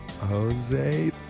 Jose